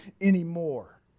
anymore